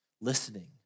Listening